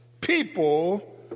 people